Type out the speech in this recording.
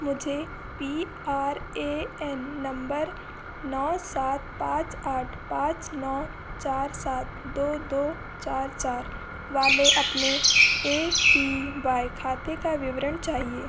मुझे P R A N number नौ सात पाँच आठ पाँच नौ चार सात दो दो चार चार वाले अपने ए पी वाई खाते का विवरण चाहिए